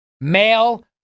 male